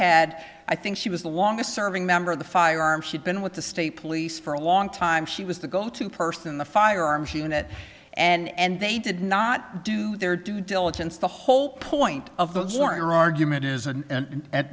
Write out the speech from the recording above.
had i think she was the longest serving member of the firearms she'd been with the state police for a long time she was the go to person in the firearms unit and they did not do their due diligence the whole point of the coroner our government is and a